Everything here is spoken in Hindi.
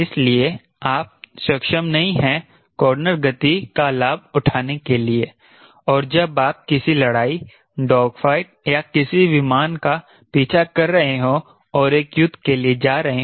इसलिए आप सक्षम नहीं हैं कॉर्नर गति का लाभ उठाने के लिए और जब आप किसी लड़ाई डॉगफाइट या किसी विमान का पीछा कर रहे हों और एक युद्ध के लिए जा रहे हो